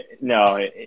No